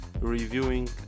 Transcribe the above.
reviewing